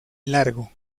largo